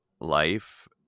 life